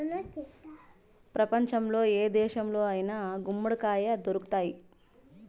ప్రపంచంలో ఏ దేశంలో అయినా గుమ్మడికాయ దొరుకుతాయి